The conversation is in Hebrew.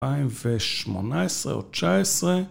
2018 או 19